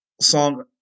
song